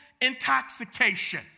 intoxication